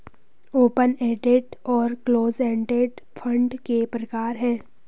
open ended और close ended fund के प्रकार हैं